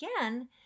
again